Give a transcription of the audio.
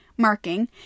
marking